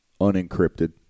unencrypted